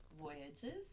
voyages